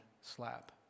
slap